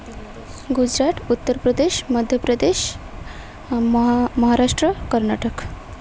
Gujarat Uttar Pradesh Madhya Pradesh Maharashtra Karnataka